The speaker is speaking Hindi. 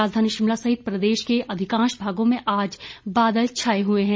राजधानी शिमला सहित प्रदेश के अधिकांश भागों में आज बादल छाए हुए हैं